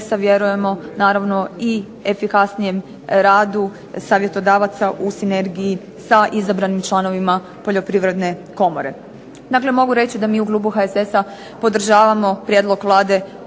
HSS-a vjerujemo naravno i efikasnijem radu savjetodavaca u sinergiji sa izabranim članovima Poljoprivredne komore. Dakle, mogu reći da mi u klubu HSS-a podržavamo prijedlog Vlade